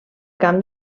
camp